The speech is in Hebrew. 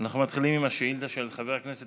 אנחנו מתחילים עם השאילתה של חבר הכנסת